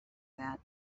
that